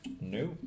No